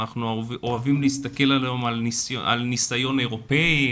אנחנו אוהבים להסתכל היום על ניסיון אירופאי,